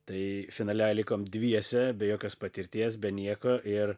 tai finale likom dviese be jokios patirties be nieko ir